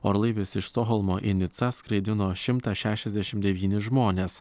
orlaivis iš stokholmo į nicą skraidino šimtą šešiasdešimt devynis žmones